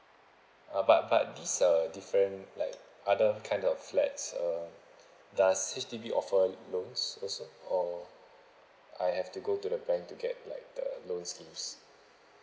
uh but but this uh different like other kind of flats uh does H_D_B offer loans also or I have to go to the bank to get like the loan schemes